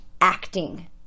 acting